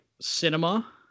cinema